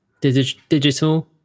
digital